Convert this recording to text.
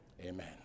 Amen